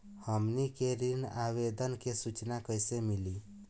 हमनी के ऋण आवेदन के सूचना कैसे मिली?